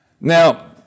Now